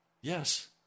Yes